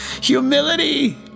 Humility